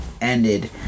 ended